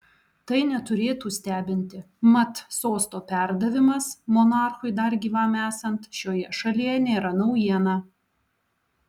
tai neturėtų stebinti mat sosto perdavimas monarchui dar gyvam esant šioje šalyje nėra naujiena